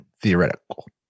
theoretical